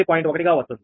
1 గా వస్తుంది